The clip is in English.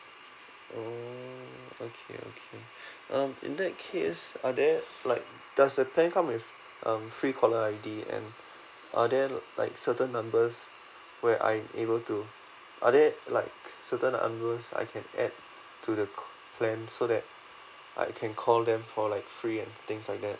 oh okay okay um in that case are there like does the plan come with um free call I_D and are there like certain numbers where I'm able to are there like certain numbers I can add to the plan so that I can call them for like free and the things like that